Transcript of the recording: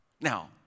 Now